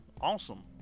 awesome